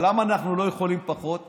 אנחנו ניתן לך את זה ב-250.